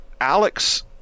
alex